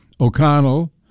O'Connell